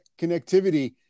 connectivity